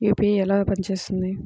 UPI ఎలా పనిచేస్తుంది?